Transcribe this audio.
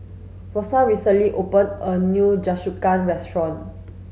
rosa recently open a new Jingisukan restaurant